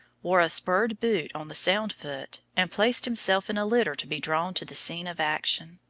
wore a spurred boot on the sound foot, and placed himself in a litter to be drawn to the scene of action.